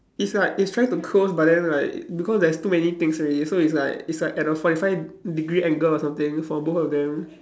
it's like it's trying to close but then like because there's too many things already so it's like it's like at a forty five degree angle or something for both of them